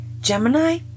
Gemini